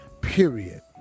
period